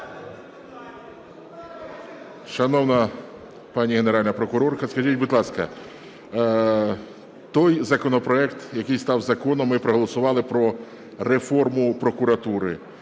Шановна пані Генеральна прокурорка! Скажіть, будь ласка, той законопроект, який став законом, ми проголосували про реформу прокуратури,